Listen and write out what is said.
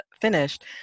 finished